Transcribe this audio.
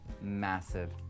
massive